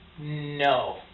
No